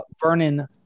Vernon